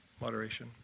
moderation